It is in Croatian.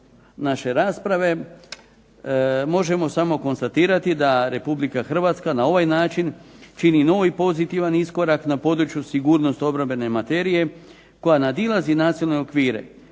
naše rasprave, možemo samo konstatirati da Republika Hrvatska na ovaj način čini novi pozitivan iskorak na području sigurnost obrambene materije, koja nadilazi nasilne okvire,